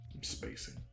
spacing